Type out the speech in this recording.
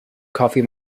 coffee